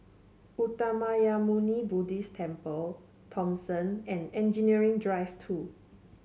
Uttamayanmuni Buddhist Temple Thomson and Engineering Drive Two